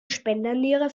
spenderniere